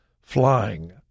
flying—